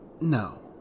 No